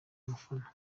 umufana